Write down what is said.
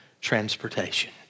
transportation